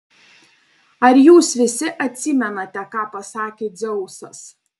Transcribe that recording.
ar jūs visi atsimenate ką pasakė dzeusas